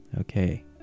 okay